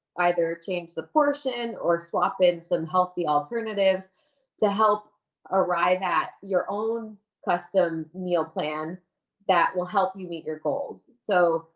either change the portion or swap in some healthy alternatives to help arrive at your own custom meal plan that will help you meet your goals. so,